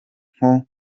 nko